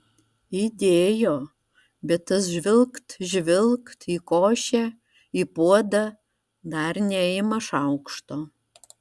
įdėjo bet tas žvilgt žvilgt į košę į puodą dar neima šaukšto